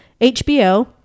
HBO